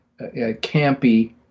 campy